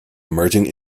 emerging